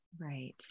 Right